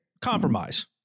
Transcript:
Compromise